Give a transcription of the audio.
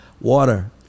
Water